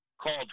called